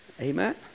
amen